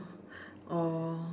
or